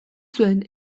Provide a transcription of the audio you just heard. zuen